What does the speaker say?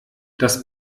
das